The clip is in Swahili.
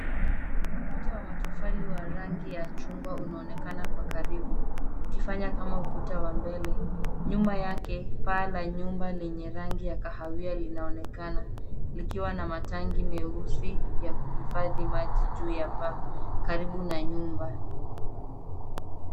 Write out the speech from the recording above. Ukuta wa matofali wa rangi ya chungwa unaonekana kwa karibu ukifanya kama ukuta wa mbele. Nyuma yake, paa la nyumba lenye rangi ya kahawia linaonekana likiwa na matangi meusi ya kuhifadhi maji juu ya paa karibu na nyumba.